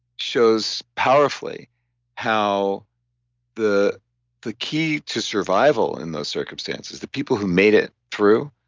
shows powerfully how the the key to survival in those circumstances, the people who made it through,